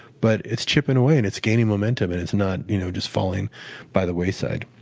but it's chipping away and it's gaining momentum and it's not you know just falling by the wayside.